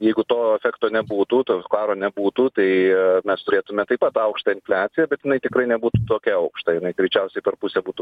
jeigu to efekto nebūtų karo nebūtų tai mes turėtume taip pat aukštą infliaciją bet jinai tikrai nebūtų tokia aukšta jinai greičiausiai per pusę būtų